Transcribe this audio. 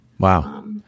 Wow